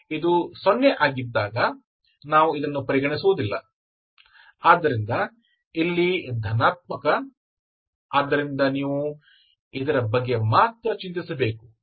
ಇದು 0 ಆಗಿದ್ದಾಗ ನಾವು ಇದನ್ನು ಪರಿಗಣಿಸುವುದಿಲ್ಲ ಆದ್ದರಿಂದ ಇಲ್ಲಿ ಧನಾತ್ಮಕ ಆದ್ದರಿಂದ ನೀವು ಇದರ ಬಗ್ಗೆ ಮಾತ್ರ ಚಿಂತಿಸಬೇಕು